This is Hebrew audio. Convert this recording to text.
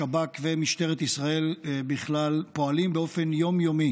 שב"כ ומשטרת ישראל בכלל פועלים באופן יום-יומי